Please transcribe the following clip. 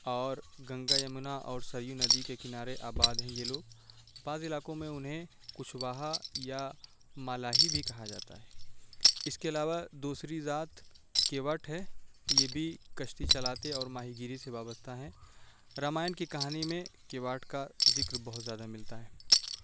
اور گنگا یمونا اور سریو ندی کے کنارے آباد ہیں یہ لوگ بعض علاقوں میں انہیں کشواہا یا مالاحی بھی کہا جاتا ہے اس کے علاوہ دوسری ذات کیوٹ ہے یہ بھی کشتی چلاتے اور ماہی گیری سے وابستہ ہیں رامائن کی کہانی میں کیوٹ کا ذکر بہت زیادہ ملتا ہے